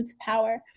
power